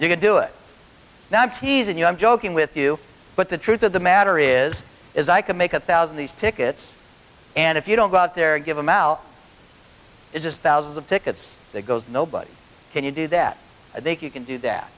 you can do it now i'm teasing you i'm joking with you but the truth of the matter is is i can make a one thousand these tickets and if you don't go out there and give them out it's just thousands of tickets that goes nobody can you do that i think you can do that